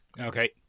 Okay